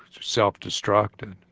self-destructed